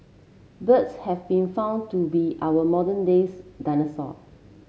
birds have been found to be our modern days dinosaur